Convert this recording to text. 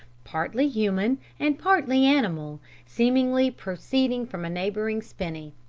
partly human and partly animal, seemingly proceeding from a neighbouring spinney,